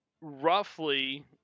roughly